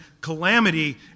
calamity